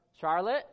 Charlotte